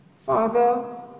Father